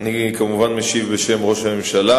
למרות הוראות החוק המחייבות משרדי הממשלה